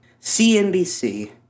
CNBC